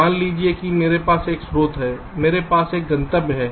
मान लीजिए कि मेरे पास एक स्रोत है मेरे पास एक गंतव्य है